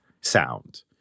sound